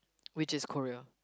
which is Korea